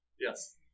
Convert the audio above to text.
yes